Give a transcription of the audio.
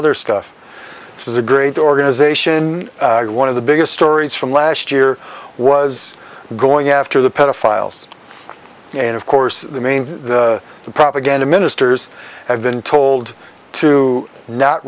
other stuff this is a great organization one of the biggest stories from last year was going after the pedophiles and of course the main propaganda ministers have been told to not